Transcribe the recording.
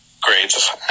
grades